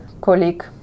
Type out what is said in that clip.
colleague